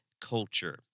culture